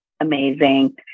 amazing